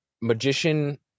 magician